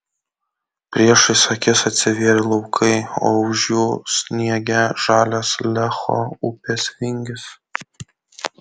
priešais akis atsivėrė laukai o už jų sniege žalias lecho upės vingis